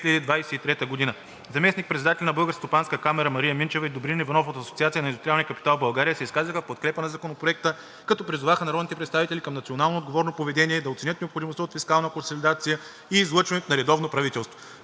на Българската стопанска камара Мария Минчева и Добрин Иванов от Асоциацията на индустриалния капитал в България се изказаха в подкрепа на Законопроекта, като призоваха народните представители към национално отговорно поведение, да оценят необходимостта от фискална консолидация и излъчването на редовно правителство.